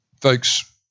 Folks